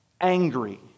angry